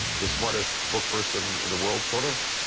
the smartest book person in the world, sort of.